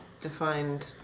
defined